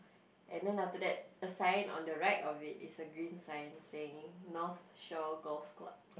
and then after that a sign on the right of it is a green sign saying North Shore Golf Club